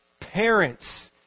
Parents